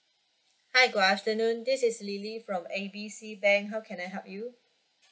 hi good afternoon this is lily from A B C bank how can I help you